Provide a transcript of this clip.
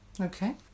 okay